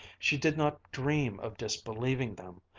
she did not dream of disbelieving them,